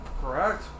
Correct